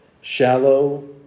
Shallow